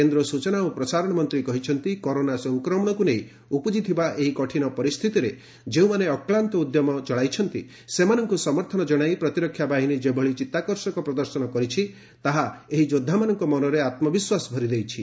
କେନ୍ଦ୍ର ସୂଚନା ଓ ପ୍ରସାରଣ ମନ୍ତ୍ରୀ କହିଛନ୍ତି କରୋନା ସଂକ୍ରମଣକୁ ନେଇ ଉପୁଜିଥିବା ଏହି କଠିନ ପରିସ୍ଥିତିରେ ଯେଉଁମାନେ ଅକ୍ଲାନ୍ତ ଉଦ୍ୟମ ଚଳାଇଛନ୍ତି ସେମାନଙ୍କୁ ସମର୍ଥନ ଜଣାଇ ପ୍ରତିରକ୍ଷା ବାହିନୀ ଯେଭଳି ଚିତାକର୍ଷକ ପ୍ରଦର୍ଶନ କରିଛି ତାହା ଏହି ଯୋଦ୍ଧାମାନଙ୍କ ମନରେ ଆତ୍ମବିଶ୍ୱାସ ଭରିଦେଇଛି